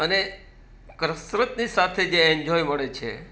અને કસરતની સાથે જે એન્જોય મળે છે